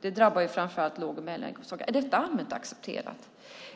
Det drabbar framför allt låg och medelinkomsttagare. Är detta allmänt accepterat?